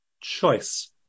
choice